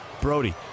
Brody